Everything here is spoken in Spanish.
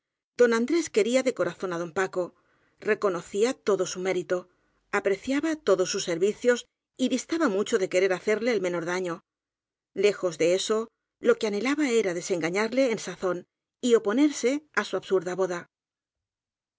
don an drés quería de corazón á don paco reconocía todo su mérito apreciaba todos sus servicios y distaba mucho de querer hacerle el menor daño lejos de eso lo que anhelaba era desengañarle en sazón y oponerse á su absurda boda